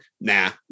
nah